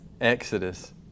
Exodus